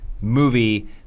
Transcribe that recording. movie